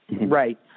Right